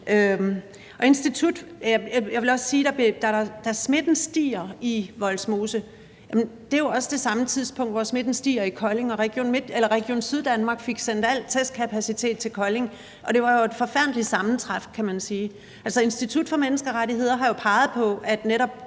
længere. Jeg vil også sige, at da smitten stiger i Vollsmose, er det jo samme tidspunkt, hvor smitten stiger i Kolding, og Region Syddanmark fik sendt al testkapacitet til Kolding, og det var jo et forfærdeligt sammentræf, kan man sige. Institut for Menneskerettigheder har jo peget på, at netop